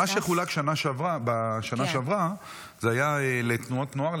מה שחולק בשנה שעברה היה לתנועות נוער,